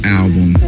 album